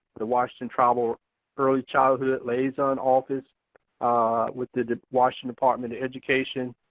the washington tribal early childhood liaison office with the washington department of education,